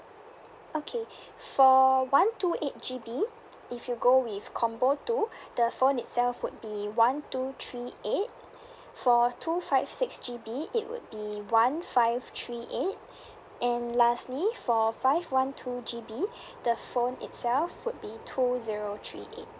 okay for one two eight G_B if you go with combo two the phone itself would be one two three eight for two five six G_B it would be one five three eight and lastly for five one two G_B the phone itself would be two zero three eight